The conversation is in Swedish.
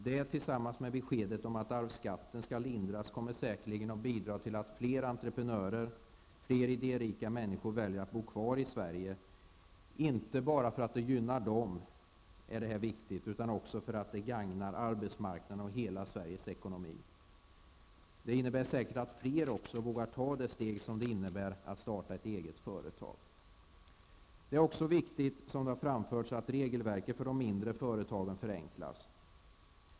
Det tillsammans med beskedet om att arvsskatten skall lindras kommer säkerligen att bidra till att flera entreprenörer och idérika människor väljer att bo kvar i Sverige. Det här är inte bara viktigt för att detta gynnar dem själva, utan också för att det gagnar arbetsmarknaden och hela Sveriges ekonomi. Det innebär säkert att fler kommer att våga ta det steg som det innebär att starta ett eget företag. Det är också viktigt att regelverket för de mindre företagen förenklas.